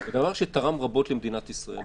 זה אדם שתרם רבות למדינת ישראל,